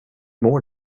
mår